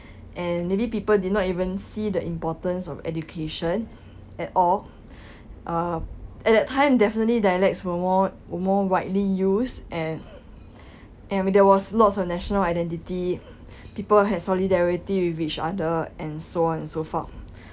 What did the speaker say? and maybe people did not even see the importance of education at all uh at that time definitely dialects were more were more widely used and and when there was lots of national identity people had solidarity with each other and so on and so forth